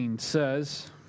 says